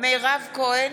מירב כהן,